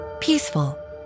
peaceful